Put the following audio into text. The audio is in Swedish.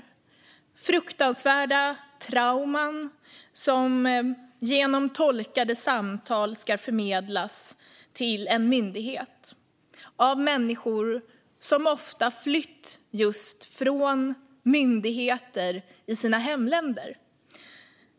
Det är fruktansvärda trauman som genom tolkade samtal ska förmedlas till en myndighet av människor som ofta flytt från just myndigheter i sina hemländer.